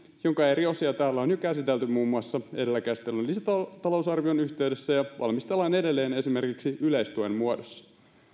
jonka eri osia täällä on jo käsitelty muun muassa edellä käsitellyn lisätalousarvion yhteydessä ja valmistellaan edelleen esimerkiksi yleistuen muodossa